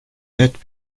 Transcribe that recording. net